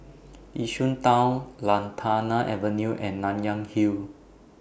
Yishun Town Lantana Avenue and Nanyang Hill